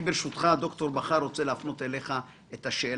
ד"ר בכר, אני רוצה להפנות אליך שאלה.